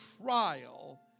trial